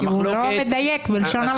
כי הוא לא מדייק בלשון המעטה.